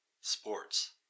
Sports